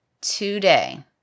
today